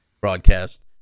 broadcast